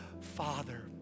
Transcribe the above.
father